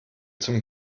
zum